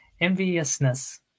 Enviousness